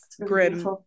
grim